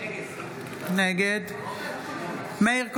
נגד מאיר כהן,